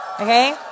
Okay